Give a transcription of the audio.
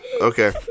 Okay